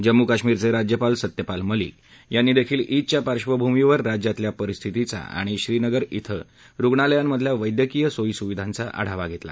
जम्मू काश्मिरचे राज्यपाल सत्यपाल मलिक यांनीही ईदच्या पाईभूमीवर राज्यातल्या परिस्थितीचा आणि श्रीनगर क्षे रुग्णालयांमधल्या वैद्यकीय सोयीसुविधांचा आढावा घेतला